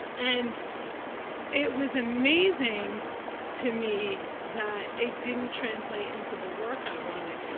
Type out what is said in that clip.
and it was amazing to me that it didn't translate into the work i wanted.